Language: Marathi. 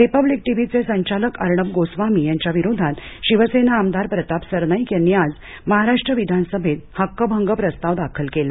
रिपब्लिक टीव्हीचे संचालक अर्णब गोस्वामी यांच्याविरोधात शिवसेना आमदार प्रताप सरनाईक यांनी आज महाराष्ट्र विधानसभेत हक्कभंग प्रस्ताव दाखल केला